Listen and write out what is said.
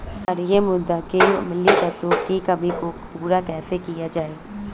क्षारीए मृदा में अम्लीय तत्वों की कमी को पूरा कैसे किया जाए?